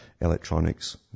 electronics